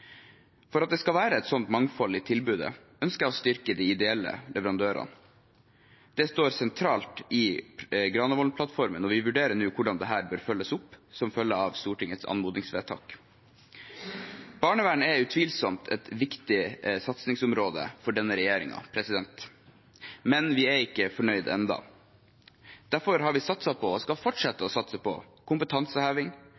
For at det skal være et sånt mangfold i tilbudet, ønsker jeg å styrke de ideelle leverandørene. Det står sentralt i Granavolden-plattformen, og vi vurderer nå hvordan dette bør følges opp, som følge av Stortingets anmodningsvedtak. Barnevern er utvilsomt et viktig satsingsområde for denne regjeringen, men vi er ennå ikke fornøyd. Derfor har vi satset på – og skal